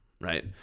right